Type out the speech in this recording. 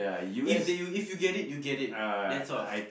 if they if you get it you get it that's all